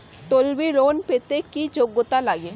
তলবি ঋন পেতে কি যোগ্যতা লাগে?